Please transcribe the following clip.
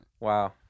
Wow